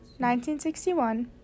1961